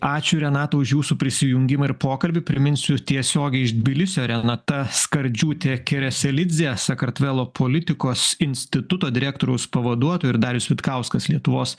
ačiū renata už jūsų prisijungimą ir pokalbį priminsiu tiesiogiai iš tbilisio renata skardžiūtė kereselidzė sakartvelo politikos instituto direktoriaus pavaduotoja ir darius vitkauskas lietuvos